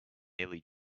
nearly